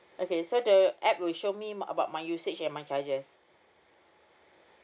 okay so the app will show me a~ about my usage and my charges